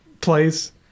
place